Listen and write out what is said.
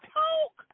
talk